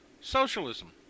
Socialism